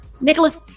Nicholas